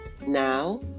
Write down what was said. Now